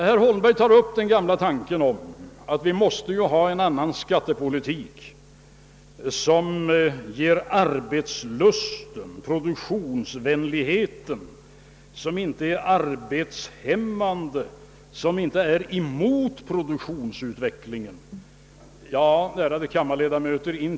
Herr Holmberg tar upp den gamla tanken att vi måste ha en annan skattepolitik, en skattepolitik som ger arbetslust och är produktionsvänlig, som inte är arbetshämmande och som inte verkar emot produktionsutvecklingen. Ärade kammarledamöter!